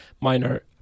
minor